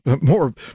more